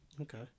okay